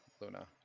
Luna